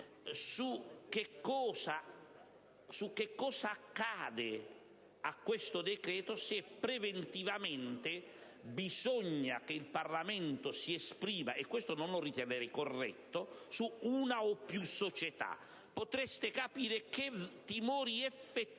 su che cosa accada a questo decreto se preventivamente occorre che il Parlamento si esprima - questo non lo riterrei corretto - su una o più società. Potreste capire che timori effettivi